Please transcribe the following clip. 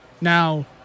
Now